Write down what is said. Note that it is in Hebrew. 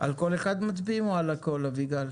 על כל אחד מצביעים או על הכול, אביגל?